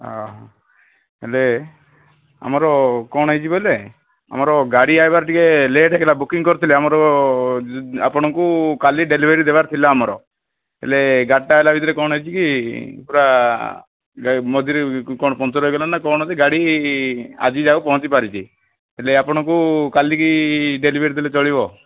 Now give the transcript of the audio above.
ହେଲେ ଆମର କ'ଣ ହେଇଛି ବୋଇଲେ ଆମର ଗାଡ଼ି ଆସିବାରେ ଟିକେ ଲେଟ୍ ହେଇଗଲା ବୁକିଂ କରିଥିଲେ ଆମର ଆପଣଙ୍କୁ କାଲି ଡେଲିଭରି ଦେବାର ଥିଲା ଆମର ହେଲେ ଗାଡ଼ିଟା ଆସିଲା ଭିତରେ କ'ଣ ହେଇଛିକି ପୁରା ମଝିରେ କ'ଣ ପଙ୍କଚର୍ ହେଇଗଲା ନା କ'ଣ ଯେ ଗାଡ଼ି ଆଜି ଯାହାହେଉ ପହଞ୍ଚି ପାରିଛି ହେଲେ ଆପଣଙ୍କୁ କାଲିକି ଡେଲିଭରି ଦେଲେ ଚଳିବ